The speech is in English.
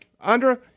Andra